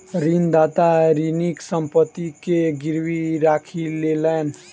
ऋणदाता ऋणीक संपत्ति के गीरवी राखी लेलैन